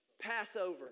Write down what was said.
Passover